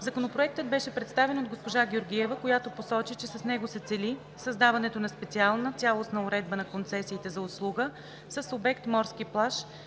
Законопроектът беше представен от госпожа Георгиева, която посочи, че с него се цели създаването на специална цялостна уредба на концесиите за услуга с обект морски плаж,